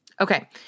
Okay